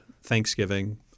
Thanksgiving